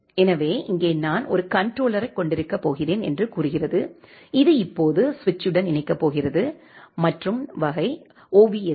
எனவே இங்கே நான் ஒரு கண்ட்ரோலர் கொண்டிருக்கப் போகிறேன் என்று கூறுகிறது இது இப்போது சுவிட்சுடன் இணைக்கப் போகிறது மற்றும் வகை ஓவிஸ்கே